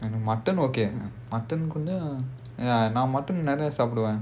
mutton okay ah mutton குள்ள:kulla ya now mutton சாப்பிடுவேன்:saappduvaen